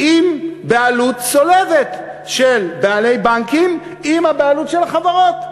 עם בעלות צולבת של בעלי בנקים עם הבעלות על החברות,